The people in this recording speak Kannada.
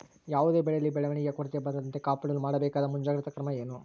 ಯಾವುದೇ ಬೆಳೆಯಲ್ಲಿ ಬೆಳವಣಿಗೆಯ ಕೊರತೆ ಬರದಂತೆ ಕಾಪಾಡಲು ಮಾಡಬೇಕಾದ ಮುಂಜಾಗ್ರತಾ ಕ್ರಮ ಏನು?